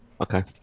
Okay